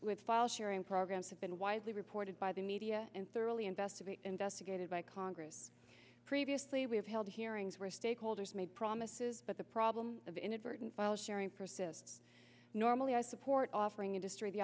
with file sharing programs have been widely reported by the media and thoroughly investigate investigated by congress previously we have held hearings where stakeholders made promises but the problem of inadvertent file sharing process normally i support offering industry the